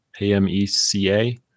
A-M-E-C-A